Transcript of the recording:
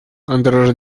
андраш